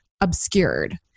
obscured